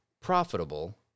profitable